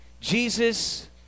Jesus